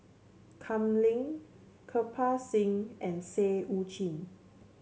Kam Ning Kirpal Singh and Seah Eu Chin